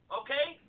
okay